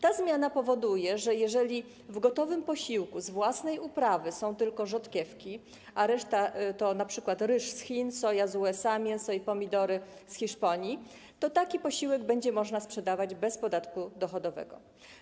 Ta zmiana powoduje, że jeżeli w gotowym posiłku z własnej uprawy są tylko rzodkiewki, a reszta to np. ryż z Chin, soja z USA, mięso i pomidory z Hiszpanii, to taki posiłek będzie można sprzedawać bez podatku dochodowego.